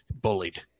bullied